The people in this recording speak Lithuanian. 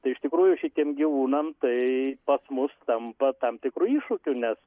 tai iš tikrųjų šitiem gyvūnam tai pas mus tampa tam tikru iššūkiu nes